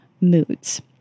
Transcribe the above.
moods